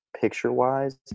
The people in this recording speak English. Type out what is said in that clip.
picture-wise